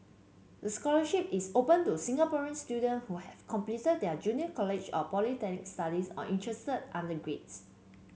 the scholarship is open to Singaporean student who have completed their junior college or polytechnic studies or interested undergraduates